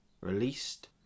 released